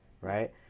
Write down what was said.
right